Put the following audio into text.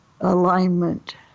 alignment